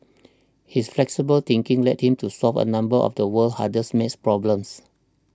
his flexible thinking led him to solve a number of the world's hardest math problems